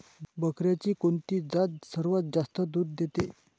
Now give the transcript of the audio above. बकऱ्यांची कोणती जात सर्वात जास्त दूध देते?